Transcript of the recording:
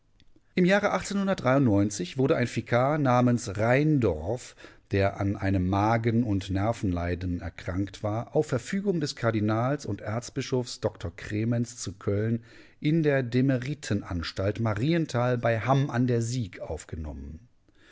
im jahre wurde ein vikar namens rheindorf der an einem magen und nervenleiden erkrankt war auf verfügung des kardinals und erzbischofs dr krementz zu köln in der demeritenanstalt marienthal bei hamm a d sieg aufgenommen